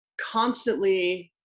constantly